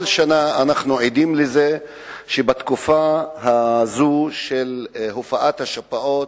כל שנה אנחנו עדים לזה שבתקופה הזו של הופעת השפעות,